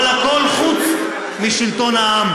אבל הכול חוץ משלטון העם.